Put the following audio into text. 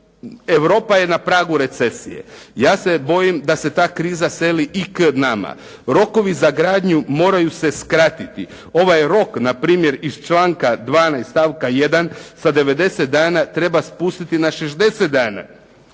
Europa je na pragu recesije. Ja se bojim da se ta kriza seli i k nama. Rokovi za gradnju moraju se kratiti. Ovaj rok npr. iz članka 12. stavka 1. sa 90 dana treba spustiti na 60 dana.